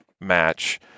Match